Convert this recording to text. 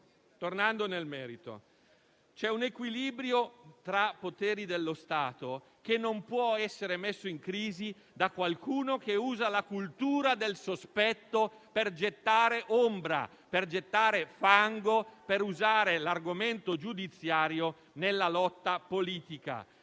Tornando nel merito, c'è un equilibrio tra poteri dello Stato che non può essere messo in crisi da qualcuno che usa la cultura del sospetto per gettare ombra, per gettare fango, per usare l'argomento giudiziario nella lotta politica.